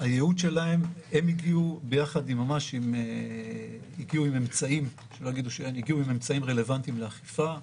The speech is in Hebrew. הם הגיעו עם אמצעים רלוונטיים לאכיפה.